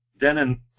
Denon